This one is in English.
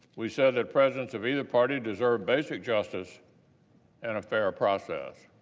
we said the presence of either party deserved basic justice and fair process.